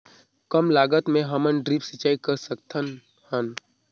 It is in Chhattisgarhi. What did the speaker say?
कम लागत मे हमन ड्रिप सिंचाई कर सकत हन?